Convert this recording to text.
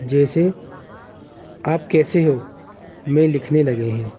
جیسے آپ کیسے ہو میں لکھنے لگے ہیں